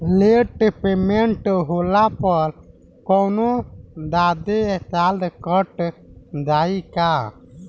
Late payment होला पर कौनोजादे चार्ज कट जायी का?